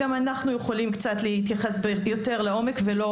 גם אנחנו יכולים קצת להתייחס יותר לעומק ולא